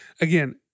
again